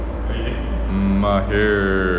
mahir